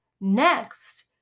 Next